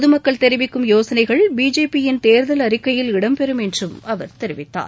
அமித் ஷா பொதமக்கள் தெரிவிக்கும் யோசனைகள் பிஜேபியின் தேர்தல் அறிக்கையில் இடம்பெறும் என்றும் அவர் தெரிவித்தார்